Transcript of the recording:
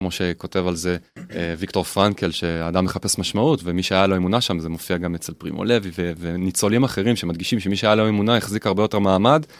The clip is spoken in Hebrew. כמו שכותב על זה ויקטור פרנקל שהאדם מחפש משמעות, ומי שהיה לו אמונה שם זה מופיע גם אצל פרימו לוי, וניצולים אחרים שמדגישים שמי שהיה לו אמונה החזיק הרבה יותר מעמד.